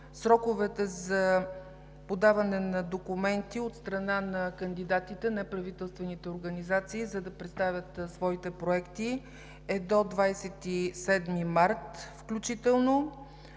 Сроковете за подаване на документи от страна на кандидатите, неправителствените организации, за да представят своите проекти, е до 27 март включително.